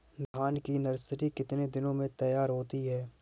धान की नर्सरी कितने दिनों में तैयार होती है?